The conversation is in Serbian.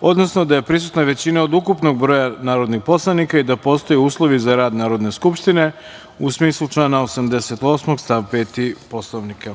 odnosno da je prisutna većina od ukupnog broja narodnih poslanika i da postoje uslovi za rad Narodne skupštine, u smislu člana 88. stav 5. Poslovnika.